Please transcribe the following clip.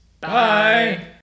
Bye